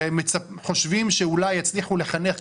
חושבים שאולי יצליחו לחנך,